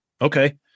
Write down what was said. Okay